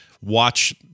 watch